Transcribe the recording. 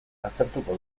aztertuko